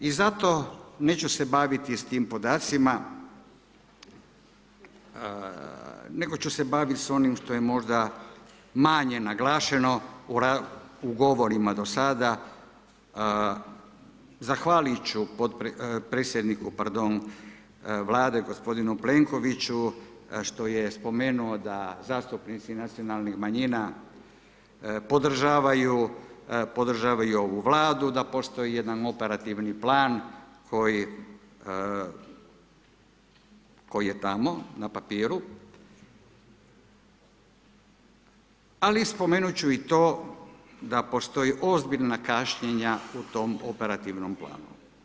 I zato neću se baviti sa tim podacima nego ću se baviti s onim što je možda manje naglašeno u govorima do sada, zahvaliti ću predsjedniku, pardon, Vlade gospodinu Plenkoviću što je spomenuo da zastupnici nacionalnih manjina podržavaju, podržavaju ovu Vladu, da postoji jedan operativni plan koji, koji je tamo na papiru ali spomenuti ću i to da postoje ozbiljna kašnjenja u tom operativnom planu.